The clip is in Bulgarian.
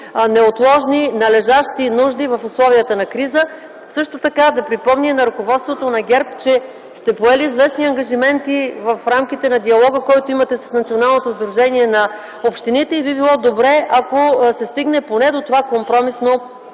неотложни, належащи нужди в условията на криза. Също така ще припомня на ръководството на ГЕРБ, че сте поели известни ангажименти в рамките на диалога, който имате с Националното сдружение на общините, и би било добре, ако се стигне поне до това компромисно